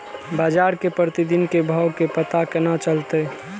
बजार के प्रतिदिन के भाव के पता केना चलते?